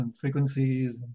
frequencies